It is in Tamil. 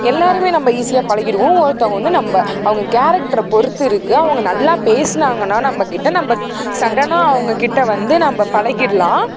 எல்லாருமே நம்ம ஈஸியாக பழகிருவோம் ஒருத்தவங்க வந்து நம்ப அவங்க கேரக்டரை பொறுத்து இருக்கு அவங்க நல்லா பேசுனாங்கன்னா நம்மக்கிட்ட நம்ம சடனாக அவங்கக்கிட்ட வந்து நம்ப பழகிடலாம்